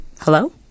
Hello